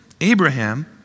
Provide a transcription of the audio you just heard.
Abraham